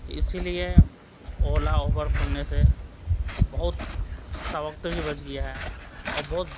تو اسی لیے اولیٰ اوبر کھلنے سے بہت سا وقت بھی بچ گیا ہے اور بہت